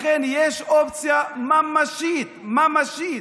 לכן יש אופציה ממשית, ממשית,